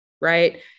right